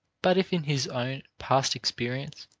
but if in his own past experience,